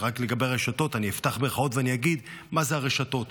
רק לגבי הרשתות אני אפתח סוגריים ואני אגיד מה זה הרשתות.